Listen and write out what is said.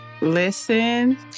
Listen